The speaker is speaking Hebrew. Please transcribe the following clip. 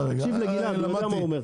תקשיב לגלעד, הוא יודע מה הוא אומר.